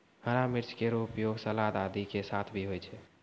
हरा मिर्च केरो उपयोग सलाद आदि के साथ भी होय छै